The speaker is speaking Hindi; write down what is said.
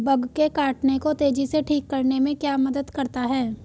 बग के काटने को तेजी से ठीक करने में क्या मदद करता है?